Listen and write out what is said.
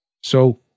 So-